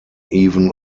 even